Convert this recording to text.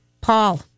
paul